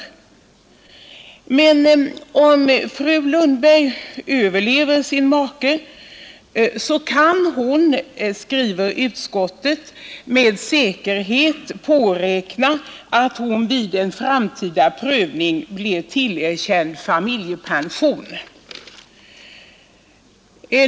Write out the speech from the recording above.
Om fru Lundberg överlever sin make kan hon, skriver utskottet, med säkerhet påräkna att hon vid en framtida prövning blir tillerkänd familjepension.